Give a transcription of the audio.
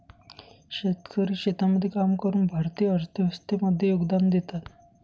शेतकरी शेतामध्ये काम करून भारतीय अर्थव्यवस्थे मध्ये योगदान देतात